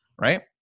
right